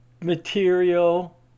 material